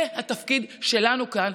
זה התפקיד שלנו כאן.